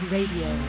Radio